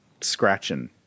scratching